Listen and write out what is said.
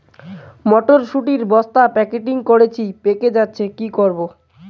মটর শুটি বস্তা প্যাকেটিং করেছি পেকে যাচ্ছে কি করব?